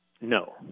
no